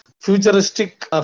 Futuristic